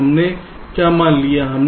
तो हमने क्या मान लिया है